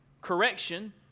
Correction